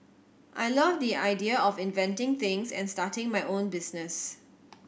I love the idea of inventing things and starting my own business